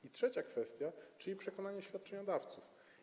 I trzecia kwestia, czyli przekonanie świadczeniodawców.